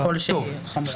ככל שהיא חמורה.